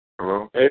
Hello